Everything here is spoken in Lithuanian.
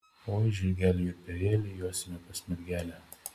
oi žirgeli juodbėrėli josime pas mergelę